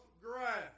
grass